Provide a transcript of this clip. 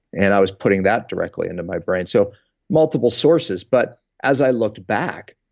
and i was putting that directly under my brain, so multiple sources. but as i looked back,